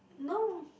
no